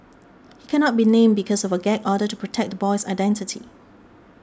he cannot be named because of a gag order to protect the boy's identity